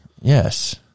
yes